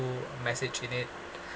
~ful message in it